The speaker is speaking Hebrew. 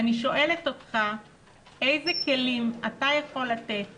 אני שואלת אותך איזה כלים אתה יכול לתת